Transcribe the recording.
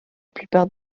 plupart